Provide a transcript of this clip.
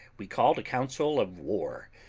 we called a council of war,